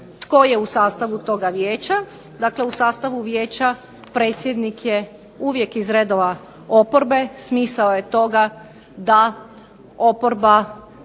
tko je u sastavu toga vijeća. Dakle, u sastavu Vijeća predsjednik je uvijek iz redova oporbe. Smisao je toga da oporba